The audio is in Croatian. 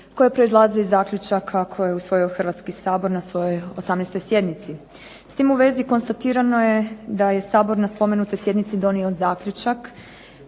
koje proizlazi iz zaključaka koje je usvojio HRvatski sabor na svojoj 18. sjednici. S tim u vezi konstatirano je da je Sabor na spomenutoj sjednici donio zaključak